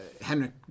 Henrik